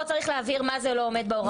כאן צריך להבהיר מה זה לא עומד בהוראות החוק.